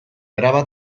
erabat